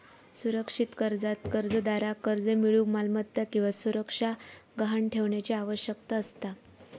सुरक्षित कर्जात कर्जदाराक कर्ज मिळूक मालमत्ता किंवा सुरक्षा गहाण ठेवण्याची आवश्यकता असता